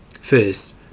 First